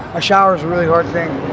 a shower's a really hard thing.